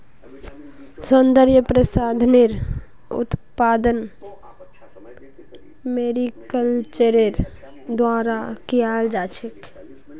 सौन्दर्य प्रसाधनेर उत्पादन मैरीकल्चरेर द्वारा कियाल जा छेक